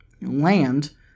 land